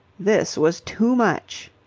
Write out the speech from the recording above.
this was too much.